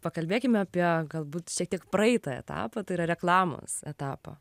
pakalbėkime apie galbūt šiek tiek praeitą etapą tai yra reklamos etapą